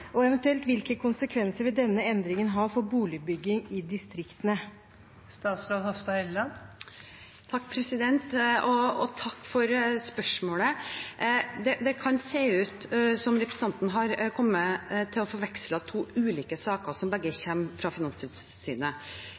og eventuelt hvilke konsekvenser vil denne endringen ha for boligbygging i distriktene?» Takk for spørsmålet. Det kan se ut som om representanten har kommet til å forveksle to ulike saker som begge kom fra Finanstilsynet